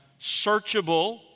searchable